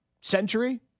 century